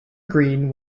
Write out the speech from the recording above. green